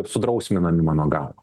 sudrausminami mano galva